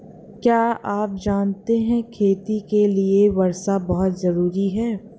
क्या आप जानते है खेती के लिर वर्षा बहुत ज़रूरी है?